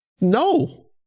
no